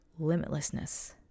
limitlessness